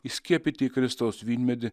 įskiepyti į kristaus vynmedį